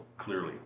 clearly